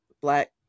black